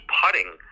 putting